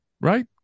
Right